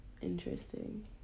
interesting